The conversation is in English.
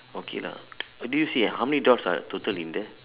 okay lah did you see how many doors are total in there